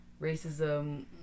racism